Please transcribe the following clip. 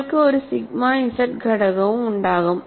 നിങ്ങൾക്ക് ഒരു sigma z ഘടകവും ഉണ്ടാകും